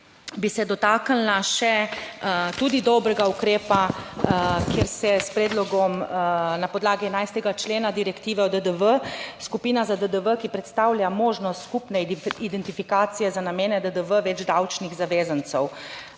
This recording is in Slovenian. bi se dotaknila še tudi dobrega ukrepa, kjer se s predlogom na podlagi 11. člena direktive o DDV, skupina za DDV, ki predstavlja možnost skupne identifikacije za namene DDV več davčnih zavezancev,